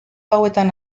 hauetan